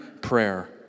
prayer